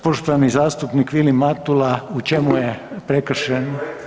Poštovani zastupnik Vilim Matula, u čemu je prekršen?